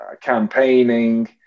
campaigning